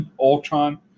Ultron